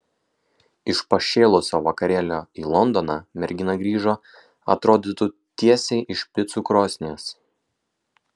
iš pašėlusio vakarėlio į londoną mergina grįžo atrodytų tiesiai iš picų krosnies